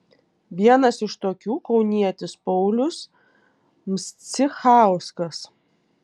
vienas iš tokių kaunietis paulius mscichauskas